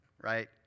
right